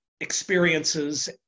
experiences